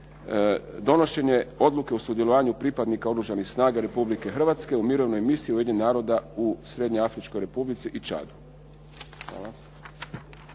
donošenje Odluke o sudjelovanju pripadnika Oružanih snaga Republike Hrvatske u mirovnoj misiji Ujedinjenih naroda u Srednjoafričkoj Republici i Čadu.